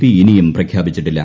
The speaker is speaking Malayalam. പി ഇനിയും പ്രഖ്യാപിച്ചിട്ടില്ല